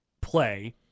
play